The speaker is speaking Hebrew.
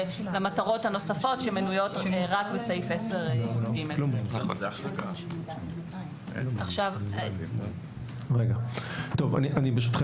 למטרות הנוספות שמנויות רק בסעיף 10יג. ברשותכם,